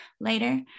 later